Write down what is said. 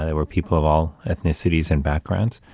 there were people of all ethnicities and backgrounds.